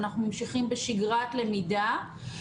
שאנחנו ממשיכים בשגרת למידה,